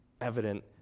evident